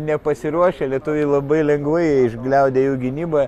nepasiruošę lietuviai labai lengvai išgliaudė jų gynybą